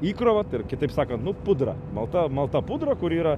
įkrova tai ir kitaip sakant nu pudra malta malta pudra kuri yra